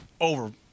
over –